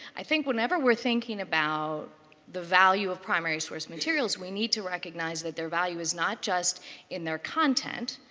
i think whenever we're thinking about the value of primary source materials, we need to recognize that their value is not just in their content.